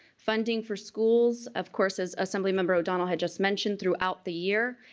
funding for schools of course as assemblymember o'donnell had just mentioned throughout the year,